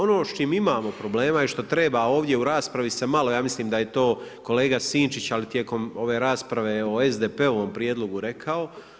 Ono s čim imamo problema je što treba ovdje u raspravi se malo, ja mislim da je to kolega Sinčić ali tijekom ove rasprave o SDP-ovom prijedlogu rekao.